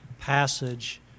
passage